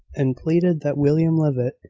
and pleaded that william levitt